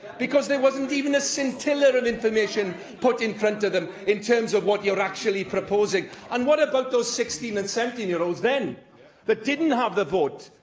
because there wasn't even a scintilla of information put in front of them in terms of what you're actually proposing. and what about those sixteen and and seventeen year olds then that didn't have the vote,